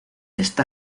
esta